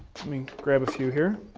let me grab a few here.